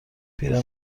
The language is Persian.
پیر